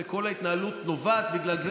וכל ההתנהלות נובעת מזה,